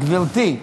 גברתי,